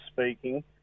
speaking